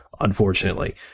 unfortunately